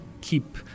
keep